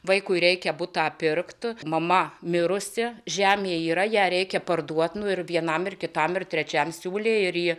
vaikui reikia butą pirkt mama mirusi žemė yra ją reikia parduoti nu ir vienam ir kitam ir trečiam siūlė ir ji